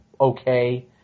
okay